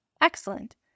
Excellent